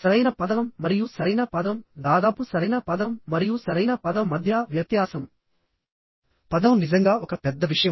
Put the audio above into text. సరైన పదం మరియు సరైన పదం దాదాపు సరైన పదం మరియు సరైన పదం మధ్య వ్యత్యాసం పదం నిజంగా ఒక పెద్ద విషయం